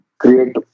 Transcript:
create